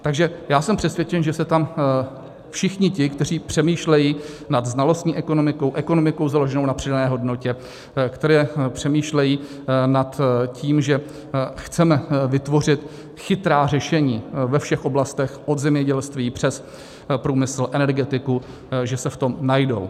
Takže já jsem přesvědčen, že se tam všichni ti, kteří přemýšlejí nad znalostní ekonomikou, ekonomikou založenou na přidané hodnotě, kteří přemýšlejí nad tím, že chceme vytvořit chytrá řešení ve všech oblastech od zemědělství přes průmysl, energetiku, že se v tom najdou.